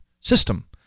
system